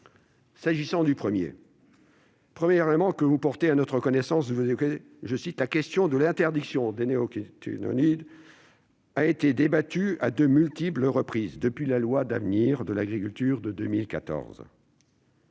S'agissant du premier élément que vous portez à notre connaissance, vous dites que « la question de l'interdiction des néonicotinoïdes a été débattue à de multiples reprises » depuis la loi d'avenir pour l'agriculture de 2014.